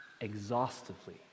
exhaustively